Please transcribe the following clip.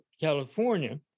California